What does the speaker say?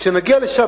כשנגיע לשם,